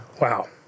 Wow